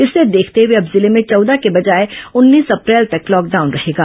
इसे देखते हुए अब जिले में चौदह के बजाए उन्नीस अप्रैल तक लॉकडाउन रहेगा